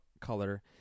color